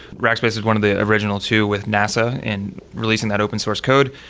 rackspace is one of the original two with nasa in releasing that open source code.